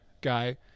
guy